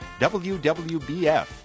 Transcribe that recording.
WWBF